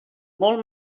molt